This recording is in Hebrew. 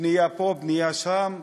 בנייה פה, בנייה שם.